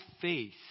faith